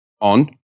on